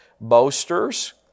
boasters